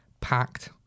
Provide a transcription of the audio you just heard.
Packed